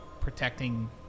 protecting